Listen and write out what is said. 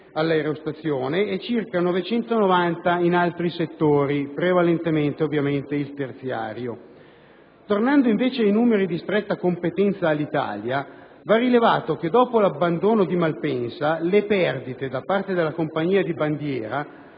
all'aerostazione e circa 990 in altri settori (in prevalenza, ovviamente, il terziario). Tornando, invece, ai numeri di stretta competenza Alitalia, va rilevato che dopo l'abbandono di Malpensa le perdite da parte della compagnia di bandiera